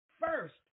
first